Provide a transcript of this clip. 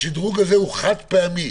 השדרוג הזה הוא חד פעמי.